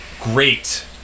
great